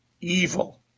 evil